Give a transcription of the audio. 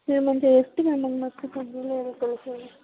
మేము చేసుకుంటాం మాకు పని లేదు కొంచెం